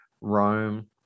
Rome